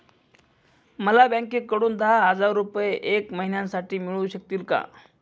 मला बँकेकडून दहा हजार रुपये एक महिन्यांसाठी मिळू शकतील का?